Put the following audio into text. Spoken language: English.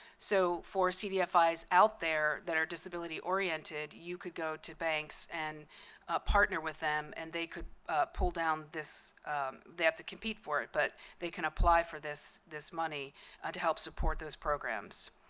so for cdfis out there that are disability-oriented you could go to banks and partner with them, and they could pull down this they have to compete for it, but they can apply for this this money ah to help support those programs.